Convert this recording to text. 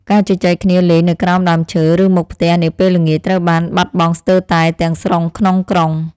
ការជជែកគ្នាលេងនៅក្រោមដើមឈើ ឬមុខផ្ទះនាពេលល្ងាចត្រូវបានបាត់បង់ស្ទើរតែទាំងស្រុងក្នុងក្រុង។